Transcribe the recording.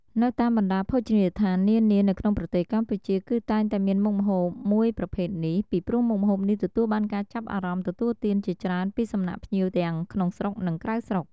នៅតាមបណ្តាភោជនីយដ្ធាននានា នៅក្នុងប្រទេសកម្ពុជាគឺតែងតែមានមុខម្ហូបមួយប្រភេទនេះ ពីព្រោះមុខម្ហូបនេះទទួលបានការចាប់អារម្មណ៌ទទួលទានជាច្រើនពីសំណាក់ភ្ញៀវទាំងក្នុងស្រុកនិងក្រៅស្រុក។